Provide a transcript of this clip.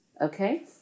Okay